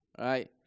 right